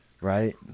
right